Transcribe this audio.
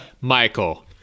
Michael